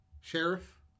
Sheriff